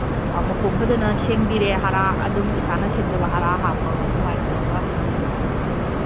ꯃꯈꯣꯡ ꯐꯖꯅ ꯁꯦꯡꯕꯤꯔꯦ ꯍꯥꯔ ꯑꯗꯨꯝ ꯏꯁꯥꯅ ꯁꯦꯝꯖꯕ ꯍꯥꯔ ꯍꯥꯞꯄꯒ ꯑꯗꯨꯃꯥꯏꯅ ꯇꯧꯔꯒ ꯑꯗꯨꯝ